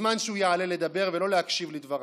בזמן שהוא יעלה לדבר ולא להקשיב לדבריו.